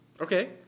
Okay